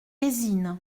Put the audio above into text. eysines